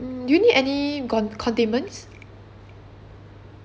um do you need any gon~ condiments